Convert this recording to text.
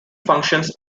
functions